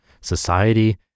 society